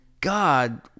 God